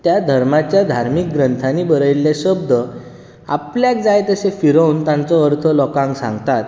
त्या धर्माच्या धार्मीक ग्रंथांनी बरयल्ले शब्द आपल्याक जाय तशें फिरोवन तांचो अर्थ लोकांक सांगतात